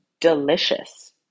delicious